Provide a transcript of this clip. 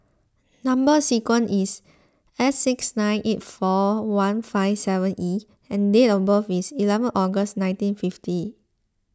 Number Sequence is S six nine eight four one five seven E and date of birth is eleven August nineteen fifty